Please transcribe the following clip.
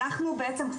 אנחנו בעצם ..